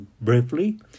briefly